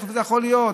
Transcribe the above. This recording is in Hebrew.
איך זה יכול להיות?